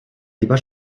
lieber